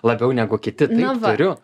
labiau negu kiti taip turiu